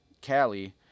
Cali